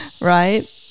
right